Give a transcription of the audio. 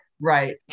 Right